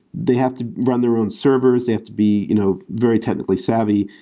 they have to run their own servers. they have to be you know very technically savvy.